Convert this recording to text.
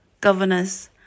governors